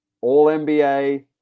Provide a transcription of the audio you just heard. All-NBA